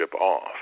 off